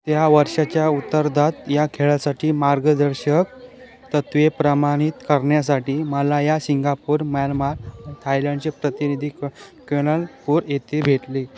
त्या वर्षाच्या उत्तरार्धात या खेळासाठी मार्गदर्शक तत्त्वे प्रमाणित करण्यासाठी मला या सिंगापूर म्यानमार थायलंडचे प्रतिनिधी क कननलपूर येथे भेटली